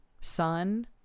sun